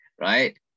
right